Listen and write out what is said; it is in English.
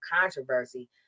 controversy